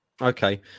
Okay